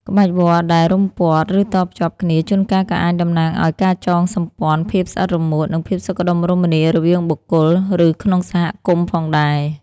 ក្បាច់វល្លិ៍ដែលរុំព័ទ្ធ ឬតភ្ជាប់គ្នា ជួនកាលក៏អាចតំណាងឱ្យ ការចងសម្ព័ន្ធ ភាពស្អិតរមួត និងភាពសុខដុមរមនា រវាងបុគ្គល ឬក្នុងសហគមន៍ផងដែរ។